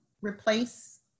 replace